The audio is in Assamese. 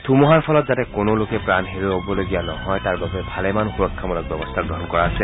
ধুমুহাৰ ফলত যাতে কোনো লোকে প্ৰাণ হেৰুৱাবলগীয়া নহয় তাৰ বাবে ভালেমান সুৰক্ষামূলক ব্যৱস্থা গ্ৰহণ কৰা হৈছে